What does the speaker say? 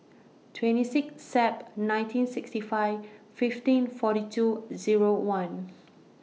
twenty six Sep nineteen sixty five fifteen forty two Zero one